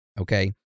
okay